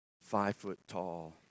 five-foot-tall